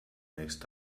next